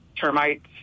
termites